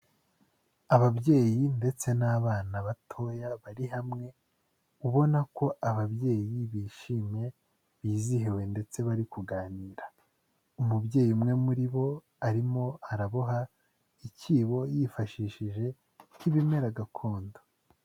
Ababyeyi ndetse n'abana batoya bari hamwe ubona ko ababyeyi bishimye bizihiwe ndetse bari kuganira, umubyeyi umwe muri bo arimo araboha icyibo yifashishije nk'ibimera gakondo.